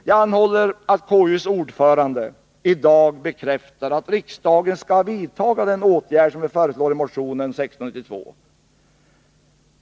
Jag anhåller att konstitutionsutskottets ordförande i dag bekräftar att riksdagen skall vidta den åtgärd som vi föreslår i motion 1692.